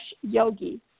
Yogi